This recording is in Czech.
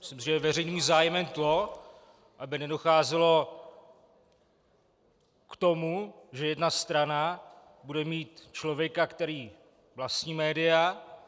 Myslím, že veřejným zájmem je to, aby nedocházelo k tomu, že jedna strana bude mít člověka, který vlastní média.